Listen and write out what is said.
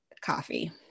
Coffee